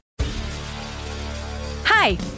Hi